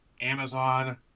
amazon